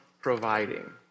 providing